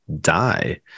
die